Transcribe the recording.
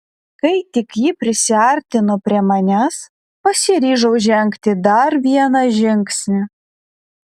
kai tik ji prisiartino prie manęs pasiryžau žengti dar vieną žingsnį